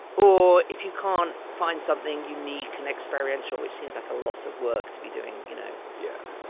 or if you can find something unique and experiential, which seems like a lot of work to be doing. you know, yeah,